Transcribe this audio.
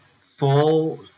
full